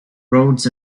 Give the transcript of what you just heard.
roads